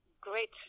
great